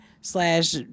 slash